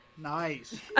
Nice